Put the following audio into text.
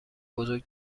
بزرگ